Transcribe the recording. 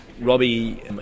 Robbie